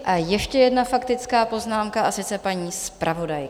A ještě jedna faktická poznámka, a sice paní zpravodajky.